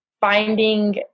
finding